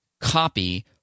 copy